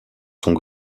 sont